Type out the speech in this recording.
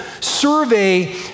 survey